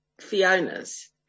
Fiona's